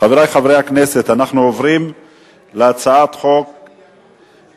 חברי חברי הכנסת, אנחנו עוברים להצעת חוק פ/1635,